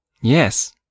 Yes